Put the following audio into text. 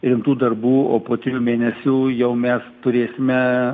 rimtų darbų o po trijų mėnesių jau mes turėsime